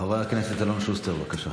חבר הכנסת אלון שוסטר, בבקשה.